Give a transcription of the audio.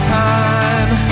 time